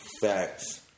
facts